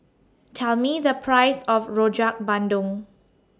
Tell Me The Price of Rojak Bandung